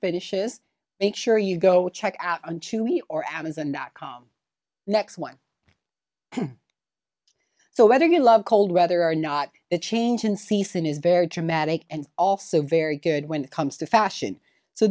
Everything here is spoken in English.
finishes make sure you go check out and chewy or avinza not come next one so whether you love cold weather or not the change in season is very dramatic and also very good when it comes to fashion so